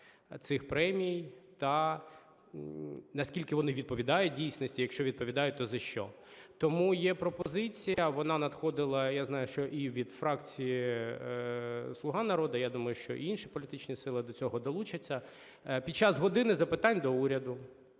цих премій, та наскільки вони відповідають дійсності, якщо відповідають, то за що. Тому є пропозиція, вона надходила, я знаю, що і від фракції "Слуга народу", я думаю, що і інші політичні сили до цього долучаться. Під час "години запитань до Уряду"